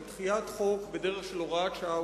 של דחיית חוק בדרך של הוראת שעה,